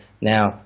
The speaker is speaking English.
now